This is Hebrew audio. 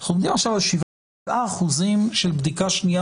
אנחנו עומדים עכשיו על 7% של בדיקה שנייה